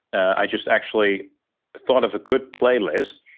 i just actually thought of a good playlist,